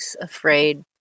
afraid